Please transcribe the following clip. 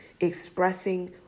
expressing